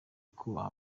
kubaha